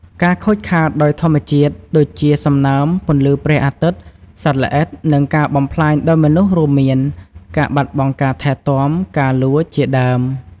ការខូចខាតដោយធម្មជាតិ ដូចជា សំណើម ពន្លឺព្រះអាទិត្យ សត្វល្អិត និងការបំផ្លាញដោយមនុស្ស រួមមាន ការបាត់បង់ការថែទាំ ការលួច ជាដើម។